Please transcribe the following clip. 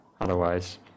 otherwise